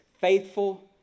faithful